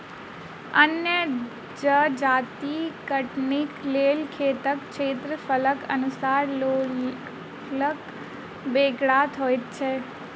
अन्न जजाति कटनीक लेल खेतक क्षेत्रफलक अनुसार लोकक बेगरता होइत छै